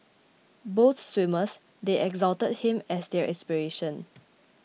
both swimmers they exalted him as their inspiration